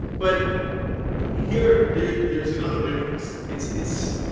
but here there's there's another difference, it's it's